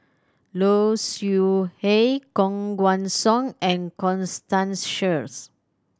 Low Siew Nghee Koh Guan Song and Constance Sheares